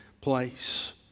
place